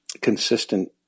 consistent